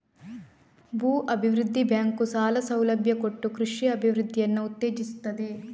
ಭೂ ಅಭಿವೃದ್ಧಿ ಬ್ಯಾಂಕು ಸಾಲ ಸೌಲಭ್ಯ ಕೊಟ್ಟು ಕೃಷಿಯ ಅಭಿವೃದ್ಧಿಯನ್ನ ಉತ್ತೇಜಿಸ್ತದೆ